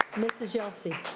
mrs. yelsey.